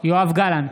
יואב גלנט,